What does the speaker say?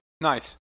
Nice